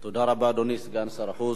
תודה רבה, אדוני סגן החוץ.